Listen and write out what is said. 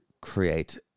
create